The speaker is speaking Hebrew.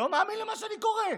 לא מאמין למה שאני קורא.